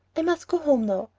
i must go home now.